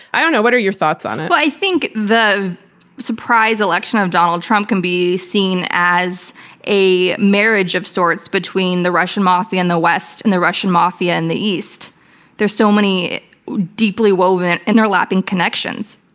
i don't know. what are your thoughts on it? i think the surprise election of donald trump can be seen as a marriage of sorts between the russian mafia in the west and the russian mafia in the east so many deeply woven interlapping connections,